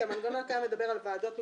כי המנגנון הקיים מדבר על ועדות מקומיות,